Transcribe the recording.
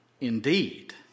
indeed